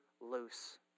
loose